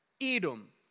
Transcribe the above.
Edom